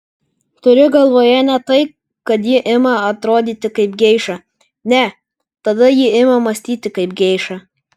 turiu galvoje ne tai kad ji ima atrodyti kaip geiša ne tada ji ima mąstyti kaip geiša